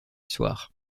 soir